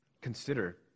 consider